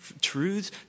truths